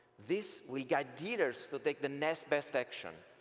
this will guide dealers to take the next best action.